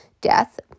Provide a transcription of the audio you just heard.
death